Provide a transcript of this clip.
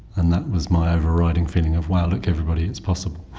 and that was my overriding feeling of, wow look everybody, it's possible.